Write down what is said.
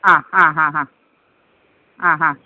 ആ ഹാ ഹാ ആ